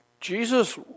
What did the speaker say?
Jesus